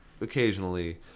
occasionally